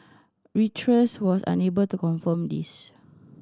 reuters was unable to confirm this